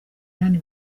munani